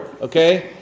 Okay